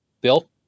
Bill